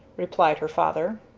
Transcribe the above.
replied her father.